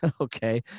Okay